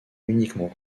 uniquement